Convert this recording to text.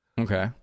Okay